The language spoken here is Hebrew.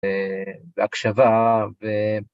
והקשבה, ו...